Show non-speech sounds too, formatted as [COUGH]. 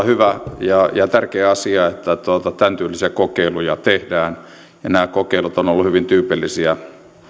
[UNINTELLIGIBLE] hyvä ja ja tärkeä asia että tämäntyylisiä kokeiluja tehdään nämä kokeilut ovat olleet hyvin tyypillisiä